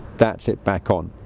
that's it back on.